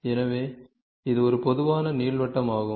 எனவே இது ஒரு பொதுவான நீள்வட்டமாகும்